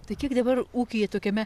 tai kiek dabar ūkyje tokiame